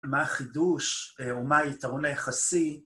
מה החידוש ומה היתרון היחסי.